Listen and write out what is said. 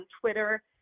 Twitter